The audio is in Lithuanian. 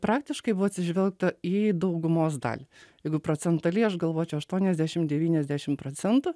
praktiškai buvo atsižvelgta į daugumos dalį jeigu procentaliai aš galvočiau aštuoniasdešim devyniasdešim procentų